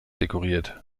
dekoriert